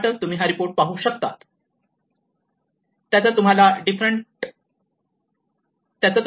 मला वाटते तुम्ही हा रिपोर्ट पाहू शकतात